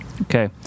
Okay